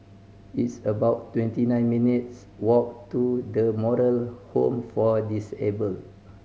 it's about twenty nine minutes' walk to The Moral Home for Disabled